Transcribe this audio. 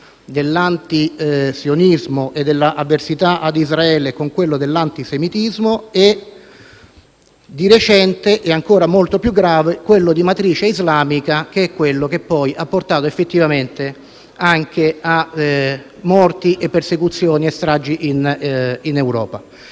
dell'antisionismo e dell'avversità ad Israele con quello dell'antisemitismo; di recente, e ancora molto più grave, si è aggiunto quello di matrice islamica, che ha portato poi effettivamente anche a morti, persecuzioni e stragi in Europa.